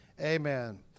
amen